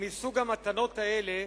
מסוג המתנות האלה,